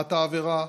חומרת העבירה,